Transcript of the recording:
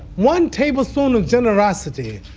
one tablespoon of generosity,